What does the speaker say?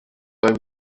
bei